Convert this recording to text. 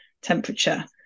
temperature